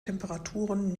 temperaturen